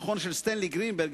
המכון של סטנלי גרינברג,